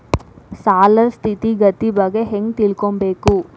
ಸಾಲದ್ ಸ್ಥಿತಿಗತಿ ಬಗ್ಗೆ ಹೆಂಗ್ ತಿಳ್ಕೊಬೇಕು?